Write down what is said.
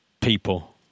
People